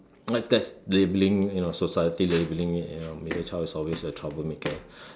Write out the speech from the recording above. but that's labelling you know society labelling it you know middle child is always a troublemaker